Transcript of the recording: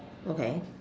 okay